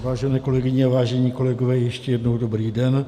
Vážené kolegyně, vážení kolegové, ještě jednou dobrý den.